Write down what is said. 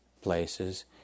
places